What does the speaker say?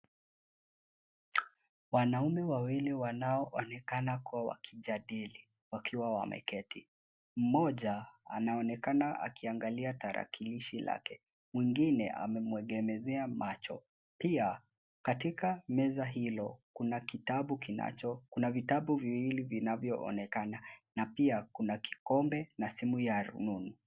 Wanaume wawili wanaoonekana kuwa wakijadili wakiwa wameketi. Mmoja anaonekana akiangalia tarakilishi lake. Mwingine amemuegemezea macho. Pia, katika meza hilo kuna kitabu kinacho, kuna vitabu viwili vinavyoonekana na pia kuna kikombe na simu ya rununu.